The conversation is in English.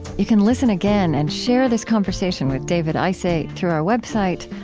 you can listen again and share this conversation with david isay through our website,